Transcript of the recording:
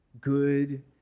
good